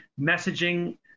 messaging